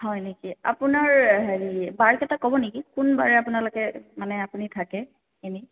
হয় নেকি আপোনাৰ হেৰি বাৰ এটা ক'ব নেকি কোন বাৰে আপোনালোকে মানে আপুনি থাকে এনে